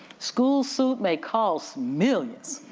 school suit may cost millions.